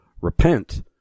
repent